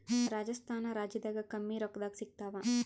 ರಾಜಸ್ಥಾನ ರಾಜ್ಯದಾಗ ಕಮ್ಮಿ ರೊಕ್ಕದಾಗ ಸಿಗತ್ತಾವಾ?